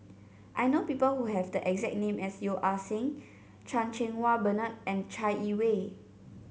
I know people who have the exact name as Yeo Ah Seng Chan Cheng Wah Bernard and Chai Yee Wei